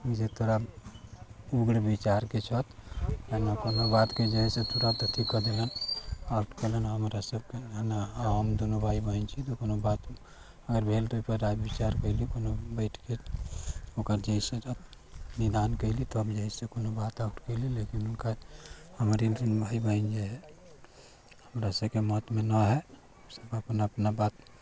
जे थोड़ा उग्र बिचार के छथि है न कोनो बात के जे हय से तुरत अथी कऽ देलन आउट केलन हमरा सबके है न हम दुनू भाइ बहिन छी तऽ कोनो बात अगर भेल तऽ ओहिपर राय विचार कोनो बैठ के ओकर जे हय से निदान कैली तब जे हय से कोनो बात आउट केली लेकिन हुनका हमर भाइ बहिन जे हय हमरा सबके मत मे न हय हमसब अपना अपना बात